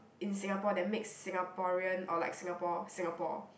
in Singapore that makes Singaporean or like Singapore Singapore